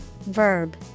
Verb